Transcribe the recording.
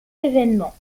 événements